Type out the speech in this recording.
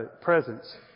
presence